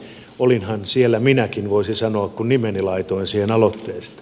olinhan siellä minäkin voisin sanoa kun nimeni laitoin siihen aloitteeseen